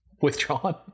Withdrawn